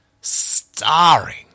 starring